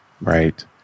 Right